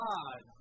God